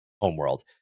homeworld